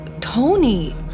Tony